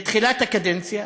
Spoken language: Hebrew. בתחילת הקדנציה,